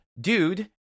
Dude